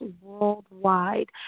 worldwide